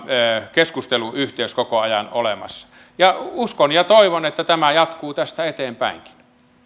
keskusteluyhteys koko ajan olemassa uskon ja toivon että tämä jatkuu tästä eteenpäinkin